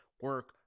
Work